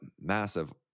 massive